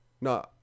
No